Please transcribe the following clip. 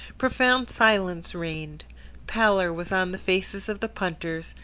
profound silence reigned pallor was on the faces of the punters,